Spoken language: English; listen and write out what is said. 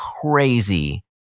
crazy